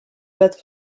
plates